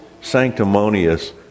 sanctimonious